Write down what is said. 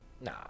Nah